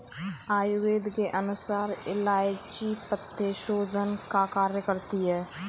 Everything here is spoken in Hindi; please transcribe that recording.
आयुर्वेद के अनुसार इलायची पित्तशोधन का कार्य करती है